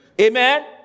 Amen